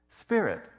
spirit